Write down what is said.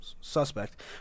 suspect